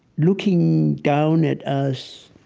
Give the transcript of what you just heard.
looking down at us